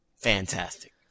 Fantastic